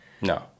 No